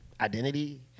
identity